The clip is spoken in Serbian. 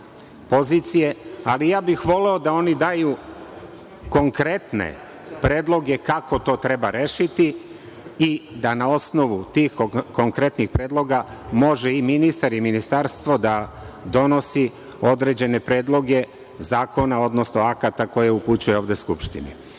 ali ja bih voleo da oni daju konkretne predloge kako to treba rešiti i da na osnovu tih konkretnih predloga može i ministar i ministarstvo da donosi određene predloge zakona, odnosno akata koje upućuje ovde Skupštini. Još